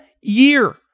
year